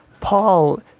Paul